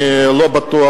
אני לא בטוח,